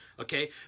okay